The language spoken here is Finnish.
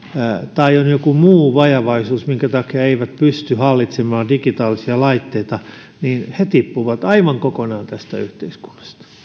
tai on joku muu vajavaisuus minkä takia eivät pysty hallitsemaan digitaalisia laitteita niin he tippuvat aivan kokonaan tästä yhteiskunnasta